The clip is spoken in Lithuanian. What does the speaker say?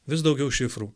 vis daugiau šifrų